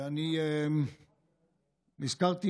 ואני נזכרתי